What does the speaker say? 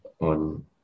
on